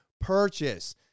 purchase